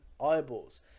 eyeballs